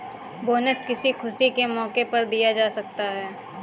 bonus किसी खुशी के मौके पर दिया जा सकता है